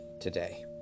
today